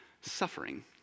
suffering